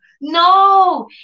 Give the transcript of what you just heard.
no